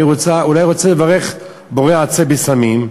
אני אולי רוצה לברך "בורא עצי בשמים",